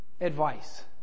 advice